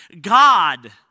God